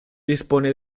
dispone